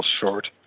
short